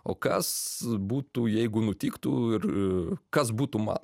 o kas būtų jeigu nutiktų ir kas būtų man